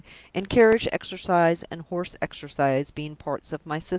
and carriage exercise and horse exercise being parts of my system.